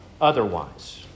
otherwise